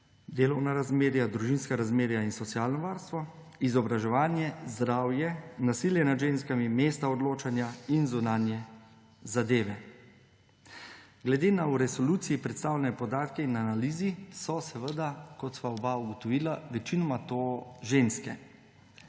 delovna razmerja, družinska razmerja in socialno varstvo, izobraževanje, zdravje, nasilje nad ženskami, mesta odločanja in zunanje zadeve. Glede na v resoluciji predstavljene podatke in analizi so seveda, kot sva oba ugotovila, večinoma to ženske;